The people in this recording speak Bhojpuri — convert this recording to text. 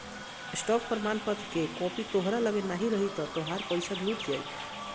स्टॉक प्रमाणपत्र कअ कापी तोहरी लगे नाही रही तअ तोहार पईसा लुटा जाई